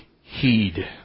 heed